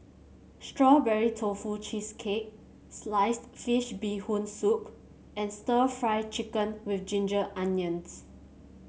Strawberry Tofu Cheesecake Sliced Fish Bee Hoon Soup and stir Fry Chicken with Ginger Onions